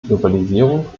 globalisierung